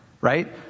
Right